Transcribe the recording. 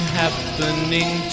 happening